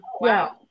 wow